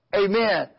amen